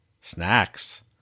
Snacks